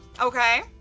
Okay